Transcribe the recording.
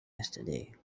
yesterday